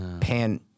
pan